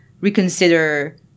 reconsider